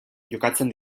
jokatzen